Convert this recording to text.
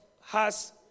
Ha's